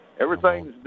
everything's